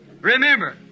Remember